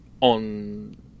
on